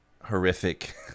horrific